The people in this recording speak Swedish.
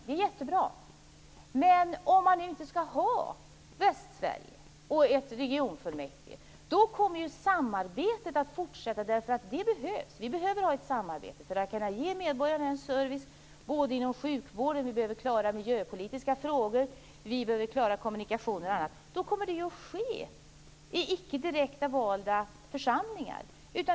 Det är jättebra. Men om man inte skall ha Västsverige och ett regionfullmäktige så kommer ju samarbetet att fortsätta, för det behövs. Vi behöver ha ett samarbete för att kunna ge medborgarna service. Vi behöver det för att klara sjukvård, miljöpolitiska frågor, kommunikationer och annat. Men då kommer det att ske i icke direktvalda församlingar.